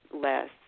less